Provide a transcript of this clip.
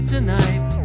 tonight